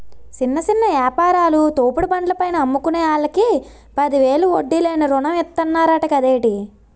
చిన్న చిన్న యాపారాలు, తోపుడు బండ్ల పైన అమ్ముకునే ఆల్లకి పదివేలు వడ్డీ లేని రుణం ఇతన్నరంట కదేటి